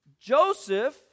Joseph